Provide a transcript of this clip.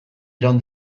iraun